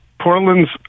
Portland's